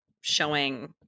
showing